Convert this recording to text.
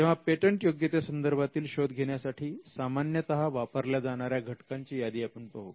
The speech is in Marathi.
तेव्हा पेटंटयोग्यते संदर्भातील शोध घेण्यासाठी सामान्यतः वापरल्या जाणाऱ्या घटकांची यादी आपण पाहू